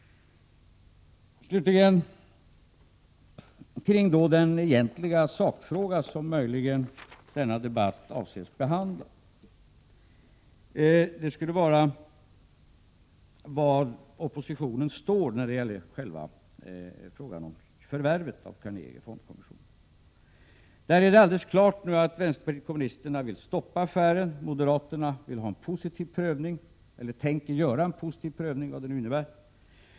Slutligen till den egentliga sakfrågan, som möjligen denna debatt skall behandla: Var står oppositionen i själva frågan om förvärvet av Carnegie Fondkommission? Där är det alldeles klart att vänsterpartiet kommunisterna vill stoppa affären och att moderaterna tänker göra en positiv prövning — vad det nu innebär.